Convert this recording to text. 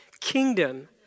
kingdom